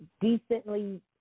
decently